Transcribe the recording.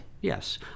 yes